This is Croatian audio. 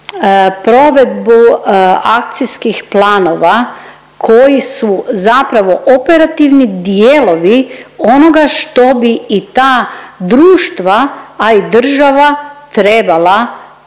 provedbu akcijskih planova koji su zapravo operativni dijelovi onoga što bi i ta društva, a i država trebala